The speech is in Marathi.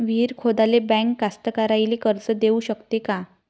विहीर खोदाले बँक कास्तकाराइले कर्ज देऊ शकते का?